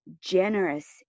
generous